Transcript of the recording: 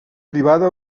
privada